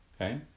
Okay